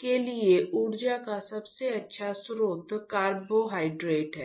के लिए ऊर्जा का सबसे अच्छा स्रोत कार्बोहाइड्रेट हैं